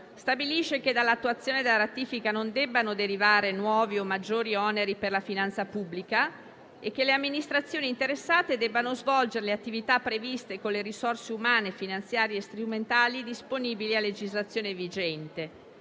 stabilisce che dall'attuazione della ratifica non debbano derivare nuovi o maggiori oneri per la finanza pubblica e che le amministrazioni interessate debbano svolgere le attività previste con le risorse umane, finanziarie e strumentali disponibili a legislazione vigente.